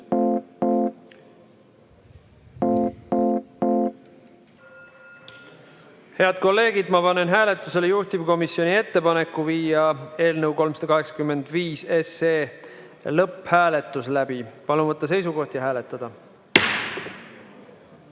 kolleegid, ma panen hääletusele juhtivkomisjoni ettepaneku viia läbi eelnõu 385 lõpphääletus. Palun võtta seisukoht ja hääletada!